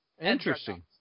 Interesting